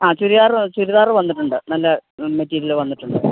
ആ ചുരിദാറ് ചുരിദാറ് വന്നിട്ടുണ്ട് നല്ല മെറ്റീരിയല് വന്നിട്ടുണ്ട്